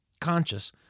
Conscious